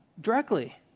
directly